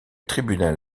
tribunal